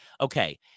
Okay